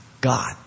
God